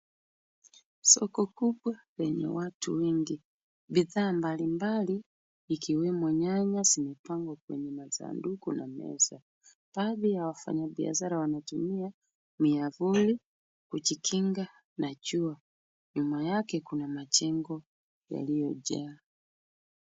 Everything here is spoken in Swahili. Soko kubwa lenye watu wengi, bidhaa mbalimbali ikiwemo nyanya zimepangwa kwenye masanduku na meza. Baadhi ya wafanyabiashara wanatumia miavuli kujikinga na jua. Nyuma yake kuna majengo yaliyojaa.